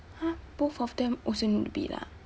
!huh! both of them also need to bid ah